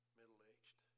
middle-aged